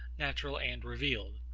natural and revealed.